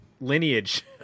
lineage